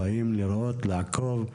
אנחנו באים לראות, לעקוב.